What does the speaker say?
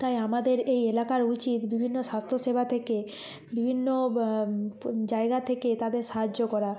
তাই আমাদের এই এলাকার উচিত বিভিন্ন স্বাস্থ্যসেবা থেকে বিভিন্ন জায়গা থেকে তাদের সাহায্য করা